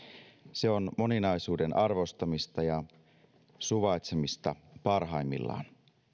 se on moninaisuuden arvostamista ja suvaitsemista parhaimmillaan